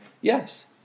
Yes